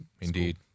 Indeed